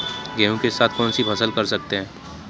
गेहूँ के साथ कौनसी फसल कर सकते हैं?